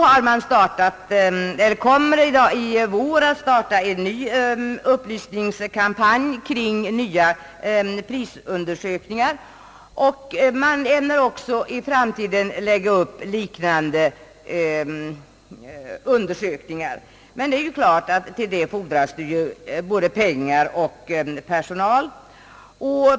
I vår kommer man att starta en ny upplysningskampanj kring nya prisundersökningar, och man ämnar också i framtiden fortsätta med liknande undersökningar. Det är klart att då fordras det både pengar och personal.